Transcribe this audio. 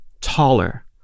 taller